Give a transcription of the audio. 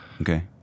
Okay